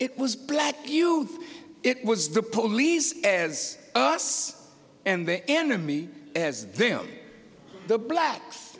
it was black you it was the police as us and the enemy has them the blacks